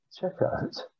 checkout